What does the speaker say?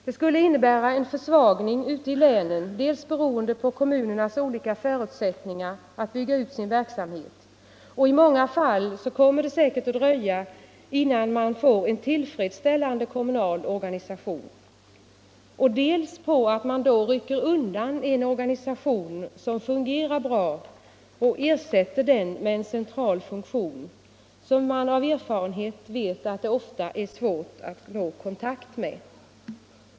Det skulle innebära en försvagning ute i länen beroende på dels kommunernas olika förutsättningar att bygga ut sin verksamhet — i många fall kommer det säkert att dröja innan en tillfredsställande kommunal organisation kommer till stånd —, dels på att man då rycker undan en organisation som fungerar bra och ersätter den med en central funktion, som man av erfarenhet vet att det ofta är svårt att nå kontakt med.